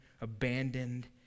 abandoned